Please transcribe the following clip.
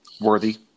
worthy